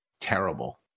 terrible